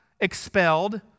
expelled